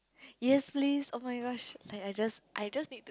yes please oh-my-gosh I just I just need to